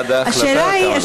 עד ההחלטה, כמה לקח?